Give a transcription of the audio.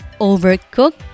overcooked